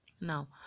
Now